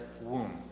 womb